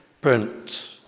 print